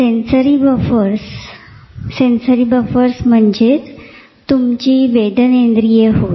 हे sensory buffers म्हणजे तुमची वेदनेन्द्रीये होत